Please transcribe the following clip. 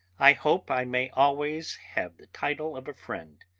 i hope i may always have the title of a friend.